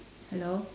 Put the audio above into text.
hello